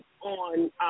on